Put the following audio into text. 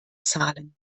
zahlen